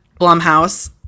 Blumhouse